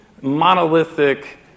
monolithic